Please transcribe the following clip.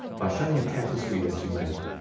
by showing a tapestry that she made,